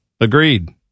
agreed